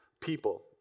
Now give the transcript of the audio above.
people